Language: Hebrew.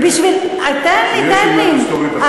שיש אמת היסטורית אחת?